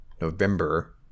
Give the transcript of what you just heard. November